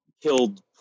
killed